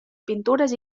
pintures